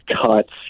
cuts